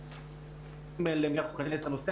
אורלי פרומן (יש עתיד - תל"ם): ומשרד החינוך בקשר עם המל"ג.